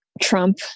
Trump